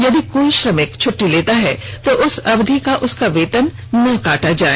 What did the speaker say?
यदि कोई श्रमिक छुट्टी लेता है तो उस अवधि का उसका वेतन न काटा जाए